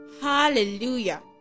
hallelujah